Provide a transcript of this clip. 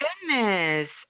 goodness